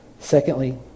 Secondly